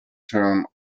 term